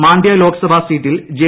മാണ്ഡ്യ ലോക്സഭ സീറ്റിൽ ജെ